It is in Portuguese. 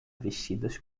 vestidas